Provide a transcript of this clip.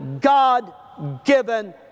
God-given